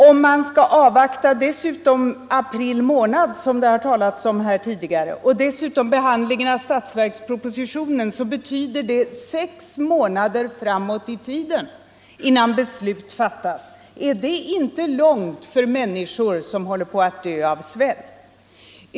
Om man skall avvakta april månad, som det har talats om här tidigare, och dessutom behandlingen av statsverkspropositionen betyder det sex månader framåt i tiden innan beslut fattas. Är det inte långt för människor som håller på att dö av svält?